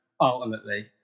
ultimately